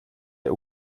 der